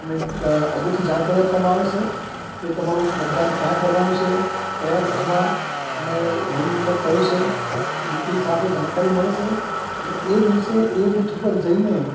તમે આગાઉથી જાણકારી આપવામાં આવે છે કે તમારું મતદાન ક્યાં કરવાનું છે કયા બૂથમાં તમે રૂમ નંબર કયો છે એ ડિટેલ્સ સાથે જાણકારી મળે છે એટલે એ દિવસે એ બૂથ ઉપર જઈને